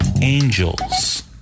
angels